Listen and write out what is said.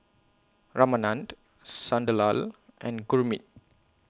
Ramanand Sunderlal and Gurmeet